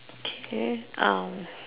okay